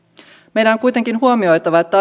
meidän on kuitenkin huomioitava että